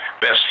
best